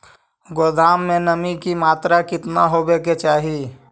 गोदाम मे नमी की मात्रा कितना होबे के चाही?